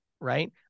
right